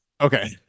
okay